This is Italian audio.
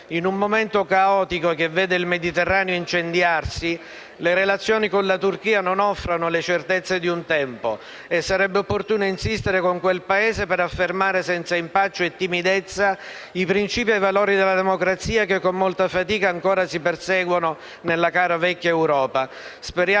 In un momento caotico che vede il Mediterraneo incendiarsi, le relazioni con la Turchia non offrono le certezze di un tempo, e sarebbe opportuno insistere con quel Paese per affermare senza impaccio e timidezza i principi e i valori della democrazia che, con molta fatica, ancora si perseguono nella cara, vecchia Europa.